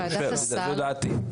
זו דעתי.